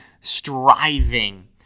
striving